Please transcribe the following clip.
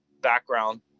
background